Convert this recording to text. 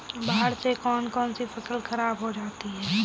बाढ़ से कौन कौन सी फसल खराब हो जाती है?